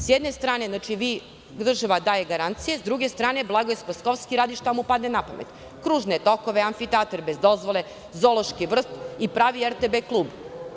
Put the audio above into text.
Sa jedne strane, država daje garanciju, a sa druge strane Blagoje Spaskovski radi šta mu padne na pamet, kružne tokove, amfiteatar, zoološki vrt i pravi RTB klub?